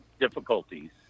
difficulties